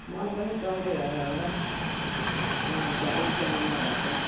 मल पनि कम्ती भएर होला नभए उब्जनी नभएको